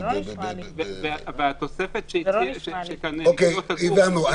התוספת --- הבנו.